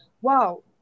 wow